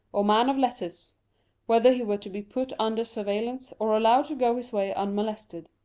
or man of letters whether he were to be put under surveillance or allowed to go his way unmolested.